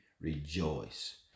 rejoice